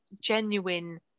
genuine